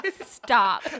Stop